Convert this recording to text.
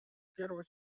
первой